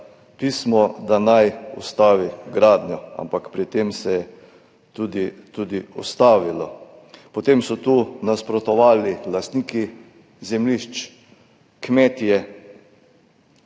pismo, da naj ustavi gradnjo. Ampak pri tem se je tudi ustavilo. Potem so tu nasprotovali lastniki zemljišč, kmetje,